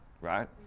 right